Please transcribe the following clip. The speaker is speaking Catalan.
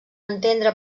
entendre